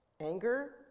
anger